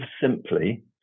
simply